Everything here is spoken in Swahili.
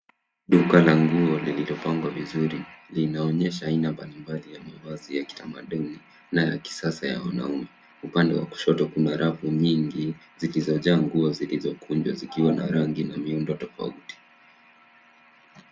Duka la nguo lililopangwa vizuri, linaonyesha aina mbalimbali ya mavazi ya kitamaduni na ya kisasa ya wanaume. Upande kushoto kuna rafu nyingi, zilizojaa nguo zilizokunjwa zikiwa na rangi na miundo tofauti.